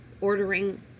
ordering